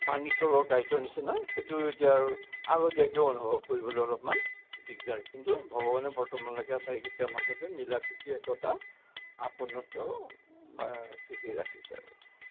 পানী তলৰ কাঁইটৰ নিচিনা সেইটো এতিয়া আৰু আগতীয়াকৈ অনুভৱ কৰিবলৈ অলপমান দিকদাৰ কিন্তু ভগৱানে বৰ্তমানলৈকে আটাইকেইটাৰ মাজতে মিলা প্ৰীতি একতা আপোনত্ব ঠিকেই ৰাখিছে আৰু